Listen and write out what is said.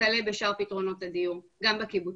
וכלה בשאר פתרונות הדיור, גם בקיבוצים.